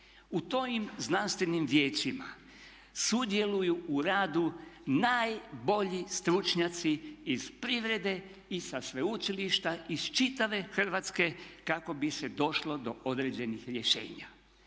U tim znanstvenim vijećima sudjeluju u radu najbolji stručnjaci iz privrede i sa sveučilišta iz čitave Hrvatske kako bi se došlo do određenih rješenja.